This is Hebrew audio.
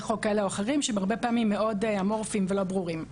חוק כאלה ואחרים שהרבה פעמים הם מאוד אמורפיים ולא ברורים.